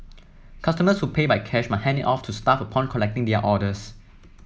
customers who pay by cash must hand it to staff upon collecting their orders